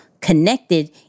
connected